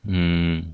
mm